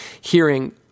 hearing